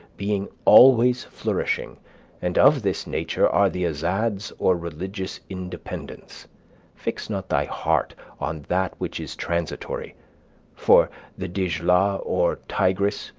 being always flourishing and of this nature are the azads, or religious independents fix not thy heart on that which is transitory for the dijlah, or tigris,